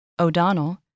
O'Donnell